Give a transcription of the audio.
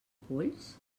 polls